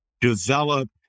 develop